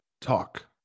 talk